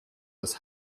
das